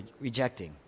rejecting